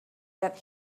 that